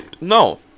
No